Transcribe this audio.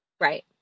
Right